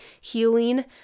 healing